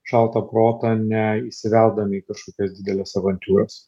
šaltą protą ne įsiveldami į kažkokias dideles avantiūras